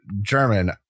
German